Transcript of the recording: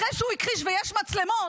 אחרי שהוא הכחיש ויש מצלמות,